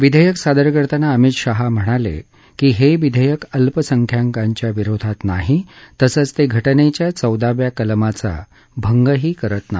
विधेयक सादर करताना अमित शहा म्हणाले की हे विधेयक अल्पसख्यांकांच्या विरोधात नाही तसंच ते घटनेच्या चौदाव्या कलमाचा ते भंगही करत नाही